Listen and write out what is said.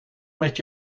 met